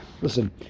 listen